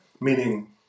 meaning